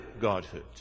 Godhood